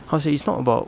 how to say it's not about